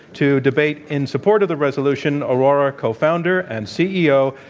to debate in support of the resolution aurora co-founder and ceo,